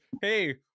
Hey